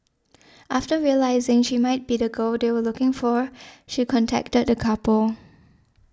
after realising she might be the girl they were looking for she contacted the couple